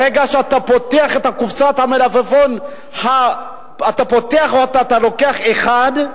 ברגע שאתה פותח את קופסת המלפפון, אתה לוקח אחד,